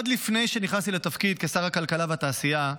עוד לפני שנכנסתי לתפקיד כשר הכלכלה והתעשייה,